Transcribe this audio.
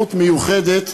התמחות מיוחדת,